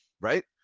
right